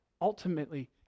ultimately